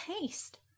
taste